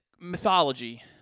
mythology